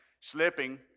slipping